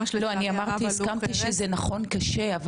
אני הסכמתי שזה נכון קשה,